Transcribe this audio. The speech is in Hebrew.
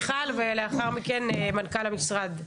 ולאחר מכן מנכ"ל המשרד,